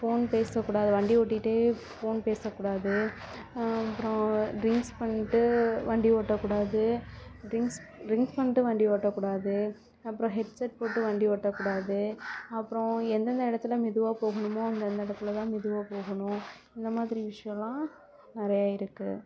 phone பேசக்கூடாது வண்டி ஓட்டிக்கிட்டே ஃபோன் பேசக்கூடாது அப்புறம் ட்ரிங்ஸ் பண்ணிகிட்டு வண்டி ஓட்டக்கூடாது ட்ரிங்ஸ் ட்ரிங்ஸ் பண்ணிட்டு வண்டி ஓட்டக்கூடாது அப்புறம் ஹெட்செட் போட்டு வண்டி ஓட்டக்கூடாது அப்புறம் எந்தெந்த இடத்துல மெதுவாக போகணுமோ அந்தந்த இடத்துல தான் மெதுவாக போகணும் இந்த மாதிரி விஷியலாம் நிறைய இருக்குது